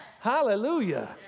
Hallelujah